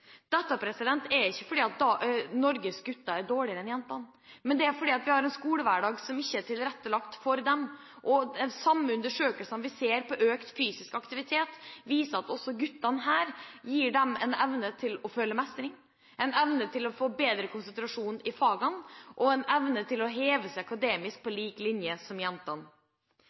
Dette er ikke fordi Norges gutter er dårligere enn jentene, men det er fordi de har en skolehverdag som ikke er tilrettelagt for dem. Undersøkelser viser at mer fysisk aktivitet gir guttene muligheter til å føle mestring, til å få bedre konsentrasjon i fagene og til å heve seg akademisk på lik linje med jentene.